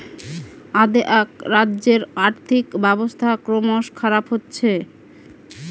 অ্দেআক রাজ্যের আর্থিক ব্যবস্থা ক্রমস খারাপ হচ্ছে